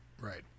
Right